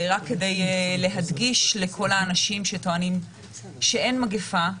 כדי להדגיש לכל האנשים שטוענים אין מגיפה,